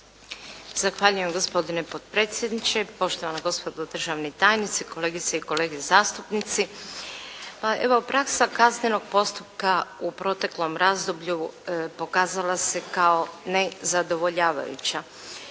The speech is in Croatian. Zahvaljujem. Gospodine potpredsjedniče, poštovana gospodo državni tajnici, kolegice i kolege zastupnici. Pa evo praksa kaznenog postupka u proteklom razdoblju pokazala se kao nezadovoljavajuća.